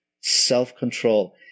self-control